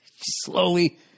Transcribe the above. slowly